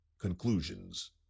Conclusions